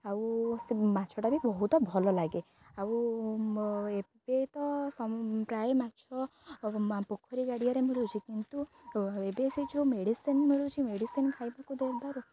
ଆଉ ସେ ମାଛଟା ବି ବହୁତ ଭଲ ଲାଗେ ଆଉ ଏବେ ତ ପ୍ରାୟ ମାଛ ପୋଖରୀ ଗାଡ଼ିଆରେ ମିଳୁଛି କିନ୍ତୁ ଏବେ ସେ ଯେଉଁ ମେଡ଼ିସିନ୍ ମିଳୁଛି ମେଡ଼ିସିନ୍ ଖାଇବାକୁ ଦେବାରୁ